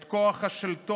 את כוח השלטון,